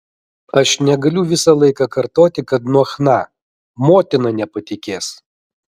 aš negaliu visą laiką kartoti kad nuo chna motina nepatikės